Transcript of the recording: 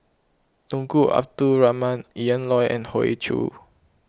Tunku Abdul Rahman Ian Loy and Hoey Choo